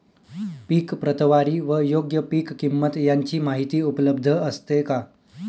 पीक प्रतवारी व योग्य पीक किंमत यांची माहिती उपलब्ध असते का?